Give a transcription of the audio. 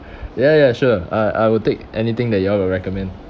ya ya sure uh I will take anything that you all will recommend